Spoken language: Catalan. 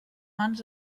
mans